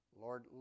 Lord